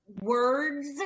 words